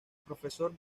profesor